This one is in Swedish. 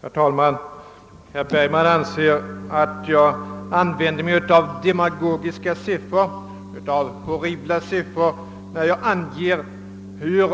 Herr talman! Herr Bergman anser att jag använder en demagogisk och horribel jämförelsemetod när jag anger hur